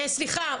סליחה.